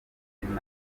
ntwaye